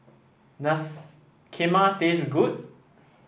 does Kheema taste good